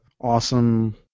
awesome